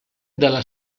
dalla